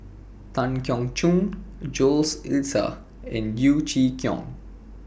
Tan Keong Choon Jules and Yeo Chee Kiong